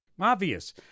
Obvious